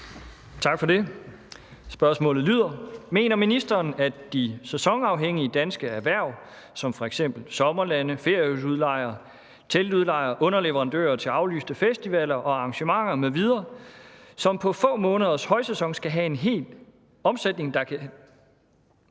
af: Torsten Schack Pedersen (V) Mener ministeren, at de sæsonafhængige danske erhverv som f.eks. sommerlande, feriehusudlejere, teltudlejere, underleverandører til aflyste festivaler og arrangementer m.v., som på få måneders højsæson skal have en omsætning, der kan